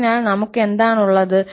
അതിനാൽ നമ്മൾ ക്ക് എന്താണ് ഉള്ളത്